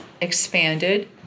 expanded